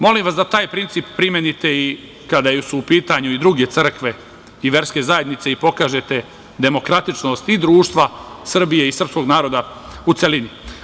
Molim vas da taj principi primenite i kada su u pitanju i druge crkve i verske zajednice i pokažete demokratičnost i društva Srbije i srpskog naroda, u celini.